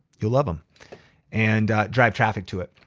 you'll love them and drive traffic to it.